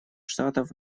штатов